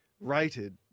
rated